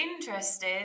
interested